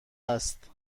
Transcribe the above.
است